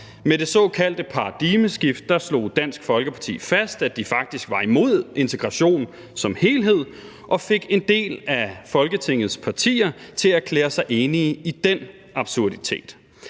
Med det såkaldte paradigmeskifte slog Dansk Folkeparti fast, at de faktisk var imod integration som helhed og fik en del af Folketingets partier til at erklære sig enige i den absurditet.